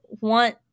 want